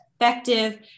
effective